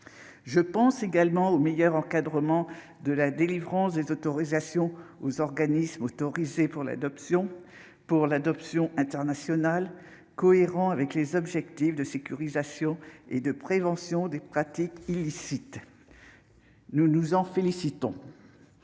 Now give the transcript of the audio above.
Je pense également au meilleur encadrement de la délivrance des autorisations aux OAA pour l'adoption internationale, cohérent avec les objectifs de sécurisation et de prévention des pratiques illicites. Nous nous en félicitons.